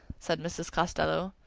said mrs. costello.